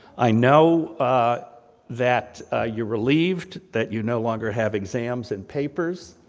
i know ah that you're relieved, that you no longer have exams and papers.